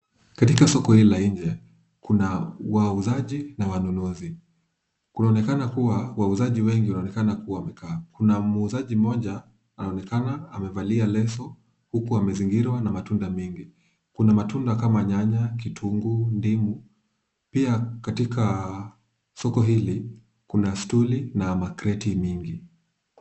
Katika soko hili la inje, kuna wauzaji na wanunuzi. Kunaonekana kuwa wauzaji wengi wanaonekana kuwa wamekaa. Kuna muuzaji mmoja, anonekana amevalia leso, huku amezingirwa na matunda mengi. Kuna matunda kama nyanya, kitunguu, ndimu. Pia katika soko hili, kuna stuli na makreti mingi.